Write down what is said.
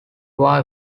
war